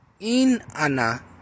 Inanna